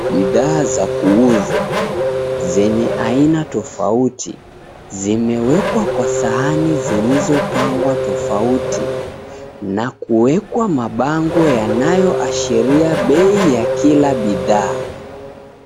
Bidhaa za kuuzwa zenye aina tofauti ,zimeekwa kwa sahani zilizopangwa totafuti ,na kuwekwa mabango yanayoashiria bei ya kila bidhaa.